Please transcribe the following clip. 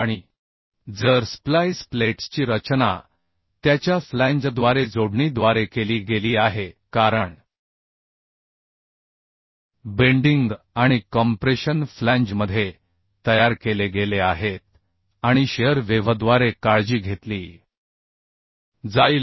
आणि जर स्प्लाइस प्लेट्सची रचना त्याच्या फ्लॅंजद्वारे जोडणीद्वारे केली गेली आहे कारण बेन्डीग आणि कॉम्प्रेशन फ्लॅंजमध्ये तयार केले गेले आहेत आणि शिअर वेव्हद्वारे काळजी घेतली जाईल